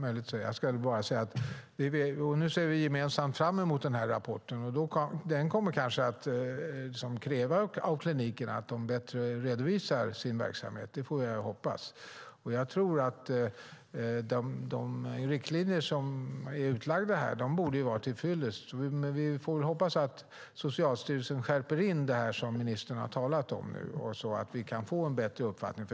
Herr talman! Nu ser vi gemensamt fram emot den här rapporten, och den kommer kanske att kräva av klinikerna att de bättre redovisar sin verksamhet. Det får jag hoppas. Jag tror att de riktlinjer som är utlagda borde vara till fyllest, men vi får hoppas att Socialstyrelsen skärper in det som ministern har talat om nu så att vi kan få en bättre uppfattning.